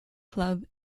club